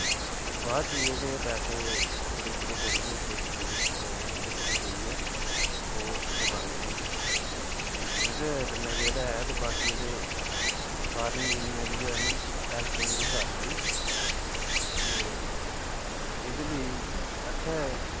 बाद च जेह्ड़े पैसे थोह्ड़े थोह्ड़े करियै किश्त जेह्की ऐ थोह्ड़े थोह्ड़े देइयै ओह् मकांदियां न ते एह्दे कन्नै जेह्ड़ा ऐ ते बाकी आह्ले सारियां जिन्नियां बी हैन हैल्प होई जंदी सारें दी ते एह्दे लेई अच्छा ऐ